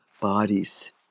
bodies